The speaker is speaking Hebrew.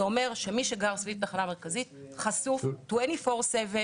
זה אומר שמי שגר סביב התחנה המרכזית חשוף 24 שעות